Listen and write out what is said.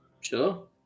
sure